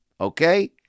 Okay